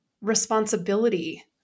responsibility